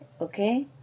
okay